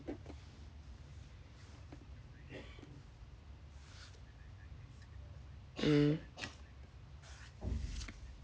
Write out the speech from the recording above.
mm